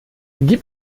gib